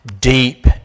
deep